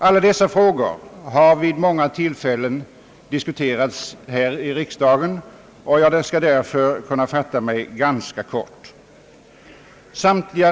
Alla dessa frågor har vid många tillfällen diskuterats här i riksdagen, och jag skulle därför kunna fatta mig ganska kort.